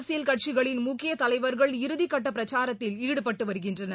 அரசியல் கட்சிகளின் முக்கியதலைவர்கள் இறுதிகட்டபிரச்சாரத்தில் ஈடுபட்டுவருகின்றனர்